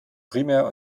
primär